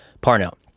Parnell